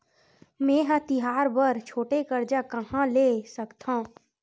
मेंहा तिहार बर छोटे कर्जा कहाँ ले सकथव?